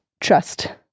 trust